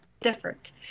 different